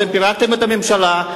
אתם פירקתם את הממשלה,